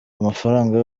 amafaranga